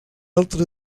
altra